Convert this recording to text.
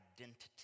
identity